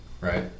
right